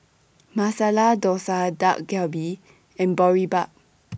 Masala Dosa Dak Galbi and Boribap